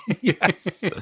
yes